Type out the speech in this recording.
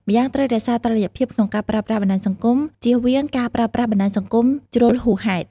ម្យ៉ាងត្រូវរក្សាតុល្យភាពក្នុងការប្រើប្រាស់បណ្តាញសង្គម ជៀសវៀងការប្រើប្រាប់បណ្តាញសង្គមជ្រុលហួសហេតុ។